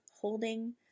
holding